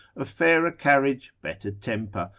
of fairer carriage, better temper,